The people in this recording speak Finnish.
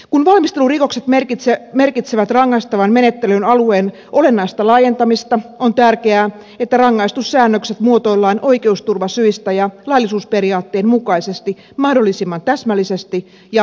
kun valmistelurikokset merkitsevät rangaistavan menettelyn alueen olennaista laajentamista on tärkeää että rangaistussäännökset muotoillaan oikeusturvasyistä ja laillisuusperiaatteen mukaisesti mahdollisimman täsmällisesti ja tarkkarajaisesti